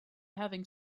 having